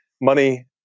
money